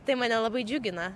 tai mane labai džiugina